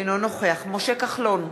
אינו נוכח משה כחלון,